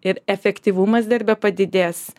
ir efektyvumas darbe padidės